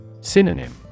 Synonym